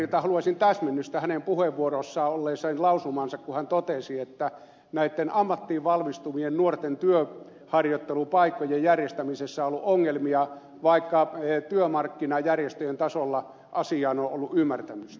ministeri cronbergiltä haluaisin täsmennystä hänen puheenvuorossaan olleeseen lausumaan kun hän totesi että näitten ammattiin valmistuvien nuorten työharjoittelupaikkojen järjestämisessä on ollut ongelmia vaikka työmarkkinajärjestöjen tasolla asiaan on ollut ymmärtämystä